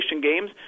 games